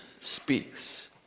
speaks